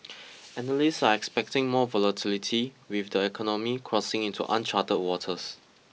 analysts are expecting more volatility with the economy crossing into uncharted waters